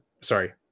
sorry